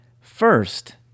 First